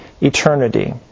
eternity